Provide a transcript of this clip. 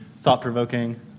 thought-provoking